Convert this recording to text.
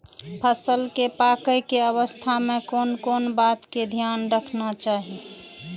फसल के पाकैय के अवस्था में कोन कोन बात के ध्यान रखना चाही?